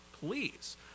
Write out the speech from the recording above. please